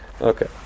Okay